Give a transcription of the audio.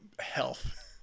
health